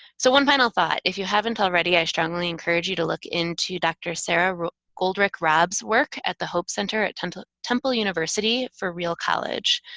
so, one final thought. if you haven't already, i strongly encourage you to look into dr. sarah goldrich rob's work at the hope center at temple university temple university for real college.